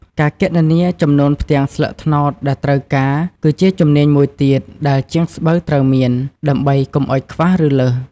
ការគណនា ចំនួនផ្ទាំងស្លឹកត្នោតដែលត្រូវការ គឺជាជំនាញមួយទៀតដែលជាងស្បូវត្រូវមាន ដើម្បីកុំឲ្យខ្វះ ឬលើស។